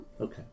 Okay